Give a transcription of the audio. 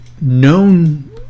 known